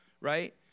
right